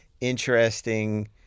interesting